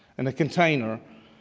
and a container,